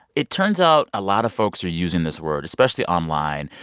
it turns out a lot of folks are using this word, especially online,